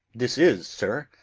this is, sir,